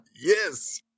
Yes